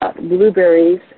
blueberries